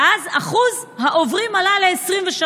ואז אחוז העוברים עלה ל-23%.